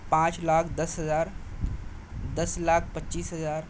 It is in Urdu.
پانچ لاکھ دس ہزار دس لاکھ پچیس ہزار